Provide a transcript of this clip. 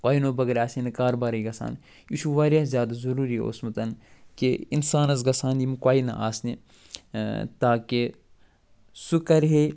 کۄینو بغٲر آسہِ ہے نہٕ کار بارٕے گَژھان یہِ چھُ وارِیاہ زیادٕ ضُروٗری اوسمُت کہِ اِنسانس گَژھٕ ہن یِم کۄینہٕ آسنہِ تاکہِ سُہ کرِہے